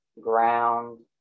ground